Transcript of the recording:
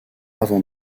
avant